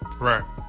Right